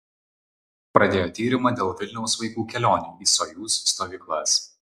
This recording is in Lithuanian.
pradėjo tyrimą dėl vilniaus vaikų kelionių į sojuz stovyklas